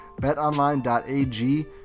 BetOnline.ag